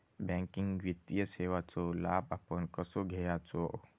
Banking वित्तीय सेवाचो लाभ आपण कसो घेयाचो?